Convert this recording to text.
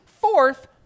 fourth